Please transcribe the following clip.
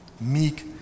Meek